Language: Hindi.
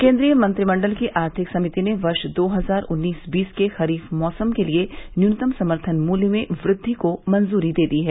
केंद्रीय मंत्रिमंडल की आर्थिक समिति ने वर्ष दो हजार उन्नीस बीस के खरीफ मौसम के लिए न्यूनतम समर्थन मूल्य में वृद्धि को मंजूरी दे दी है